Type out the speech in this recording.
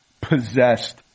possessed